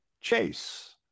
Chase